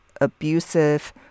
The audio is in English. abusive